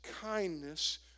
kindness